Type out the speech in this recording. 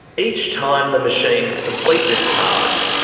each time the machines complete this task,